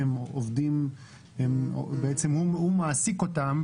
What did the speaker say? הם מעסיקים אותם,